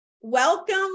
Welcome